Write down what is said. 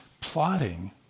plotting